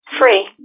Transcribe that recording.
Free